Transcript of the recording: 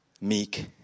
meek